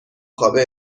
خوابه